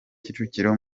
kicukiro